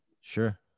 Sure